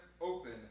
open